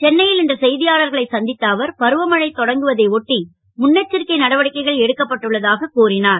சென்னை ல் இன்று செ யாளர்களை சந் த்த அவர் பருவமழை தொடங்குவதை ஒட்டி முன்னெச்சரிக்கை நடவடிக்கைகள் எடுக்கப்பட்டுள்ள தாக கூறினார்